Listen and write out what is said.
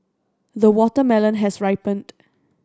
the watermelon has ripened